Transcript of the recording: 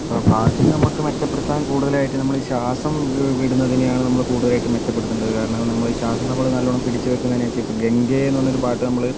ഇപ്പോൾ പാട്ടിൽ നമുക്ക് മെച്ചപ്പെടുത്താൻ കൂടുതലായിട്ട് നമ്മൾ ശ്വാസം വിടുന്നതിനെയാണ് നമ്മൾ കൂടുതലായിട്ടും മെച്ചപ്പെടുത്തേണ്ടത് കാരണം നമ്മൾ ഈ ശ്വാസം നമ്മൾ നല്ലവണ്ണം പിടിച്ച് വയ്ക്കുന്നതിനെ വെച്ച് ഇപ്പോൾ ഗംഗേ എന്ന് പറഞ്ഞൊരു പാട്ട് നമ്മൾ